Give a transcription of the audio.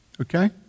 Okay